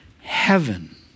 heaven